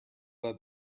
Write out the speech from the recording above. led